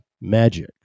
Magic